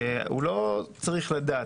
הוא לא אמור לדעת.